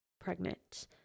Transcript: pregnant